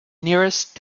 nearest